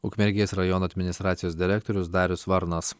ukmergės rajono administracijos direktorius darius varnas